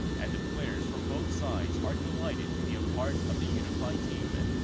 and the players from both sides are delighted to be a part of the unified team.